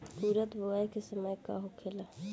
उरद बुआई के समय का होखेला?